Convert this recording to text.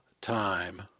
time